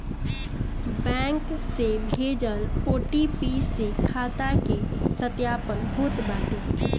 bank से भेजल OTP से खाता के सत्यापन होत बाटे